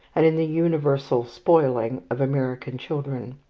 and in the universal spoiling of american children.